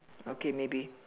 okay maybe